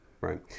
right